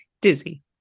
dizzy